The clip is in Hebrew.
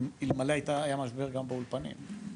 אלמלא היה משבר גם באולפנים.